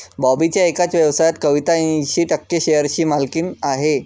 बॉबीच्या एकाच व्यवसायात कविता ऐंशी टक्के शेअरची मालकीण आहे